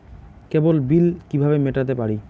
কেবল bill কিভাবে মেটাতে পারি?